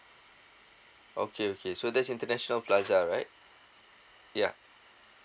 okay okay so that's international plaza right yeah